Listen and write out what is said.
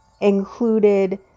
included